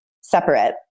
separate